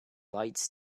lights